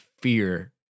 fear